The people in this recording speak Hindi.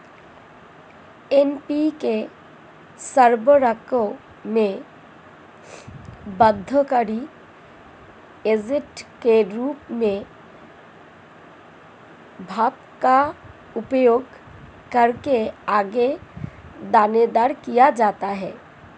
एन.पी.के उर्वरकों में बाध्यकारी एजेंट के रूप में भाप का उपयोग करके आगे दानेदार किया जाता है